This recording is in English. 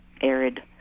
arid